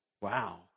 Wow